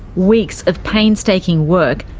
weeks of painstaking work,